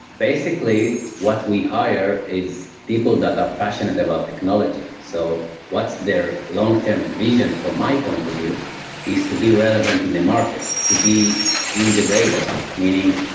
basically, what we hire is people that are passionate about technology. so what's their long-term vision for my point of view is to be relevant in a market. to be in the radar. meaning,